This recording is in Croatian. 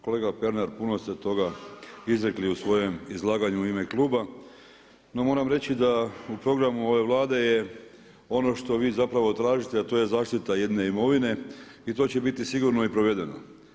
Kolega Pernar puno ste toga izrekli u svojem izlaganju u ime kluba, no moram reći da u programu ove Vlade je ono što vi zapravo tržište, a to je zaštita jedne imovine i to će biti sigurno i provedeno.